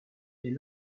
des